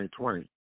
2020